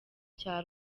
cya